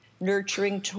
nurturing